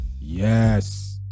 Yes